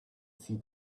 see